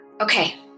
Okay